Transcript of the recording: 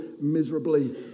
miserably